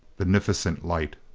beneficent light.